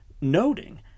noting